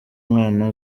mwana